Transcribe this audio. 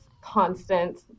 constant